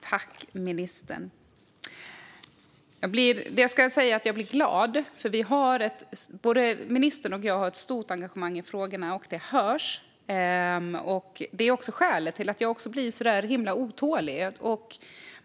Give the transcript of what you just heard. Fru talman! Tack, ministern! Jag blir glad, för både ministern och jag har ett stort engagemang i dessa frågor. Det hörs - och det är också skälet till att jag blir otålig.